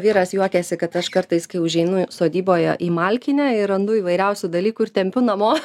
vyras juokiasi kad aš kartais kai užeinu sodyboje į malkinę ir randu įvairiausių dalykų ir tempiu namo